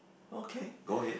okay go ahead